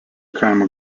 kaimo